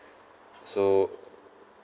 so